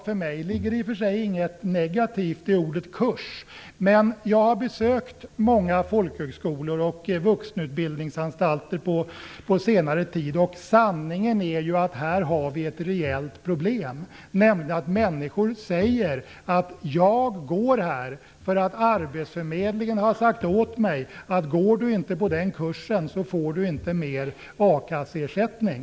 För mig ligger det i och för sig inget negativt i ordet kurs. Men jag har besökt många folkhögskolor och vuxenutbildningsanstalter på senare tid. Sanningen är att vi har ett rejält problem här. Människor säger nämligen att de deltar i kurser för att arbetsförmedlingen har sagt åt dem att om de inte gör det får de ingen mer a-kasseersättning.